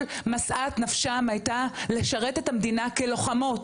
משאת נפשן הייתה לשרת את המדינה כלוחמות.